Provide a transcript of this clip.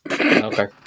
Okay